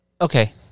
Okay